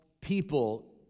people